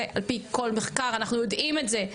זה על פי כל מחקר אנחנו יודעים את זה,